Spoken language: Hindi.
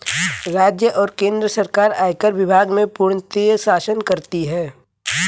राज्य और केन्द्र सरकार आयकर विभाग में पूर्णतयः शासन करती हैं